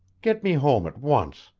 get me home at once.